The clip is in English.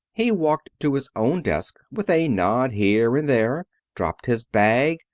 he walked to his own desk, with a nod here and there, dropped his bag,